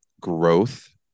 Growth